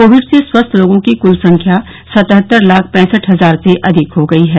Covid से स्वस्थ लोगों की क्ल संख्या सतहत्तर लाख पैंसठ हजार से अधिक हो गई है